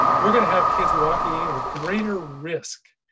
we're going to have kids walking in with greater risk,